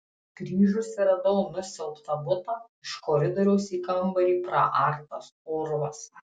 grįžusi radau nusiaubtą butą iš koridoriaus į kambarį praartas urvas